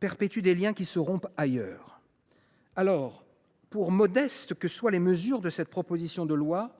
perpétuent des liens qui se rompent ailleurs. Alors, pour modestes que soient les mesures de cette proposition de loi,